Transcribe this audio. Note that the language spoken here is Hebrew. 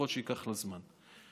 יכול שייקח לה זמן.